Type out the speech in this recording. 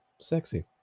sexy